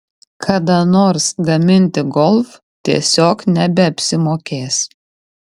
kada nors gaminti golf tiesiog nebeapsimokės